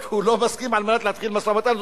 הוא לא מסכים כדי להתחיל במשא-ומתן.